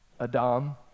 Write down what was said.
Adam